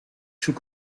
zoek